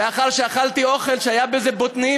לאחר שאכלתי אוכל שהיו בו בוטנים